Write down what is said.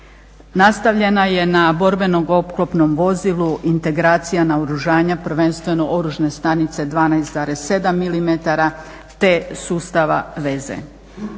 Nastavljena je na borbenom oklopnom vozilu integracija naoružanja prvenstveno oružne stanice 12,7 mm, te sustava veza.